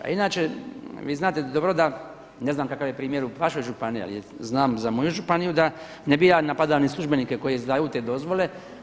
A inače, vi znate dobro da, ne znam kakav je primjer u vašoj županiji ali znam za moju županiju da ne bih ja napadao ni službenike koji izdaju te dozvole.